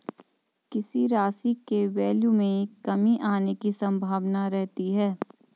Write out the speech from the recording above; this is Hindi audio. किसी राशि के वैल्यू में कमी आने की संभावना रहती है